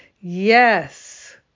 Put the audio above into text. Yes